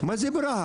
מה זה ברהט?